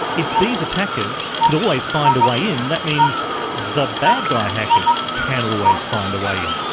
if these attackers can always find a way in, that means the bad-guy hackers can always find a way in.